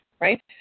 right